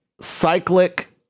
cyclic